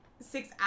six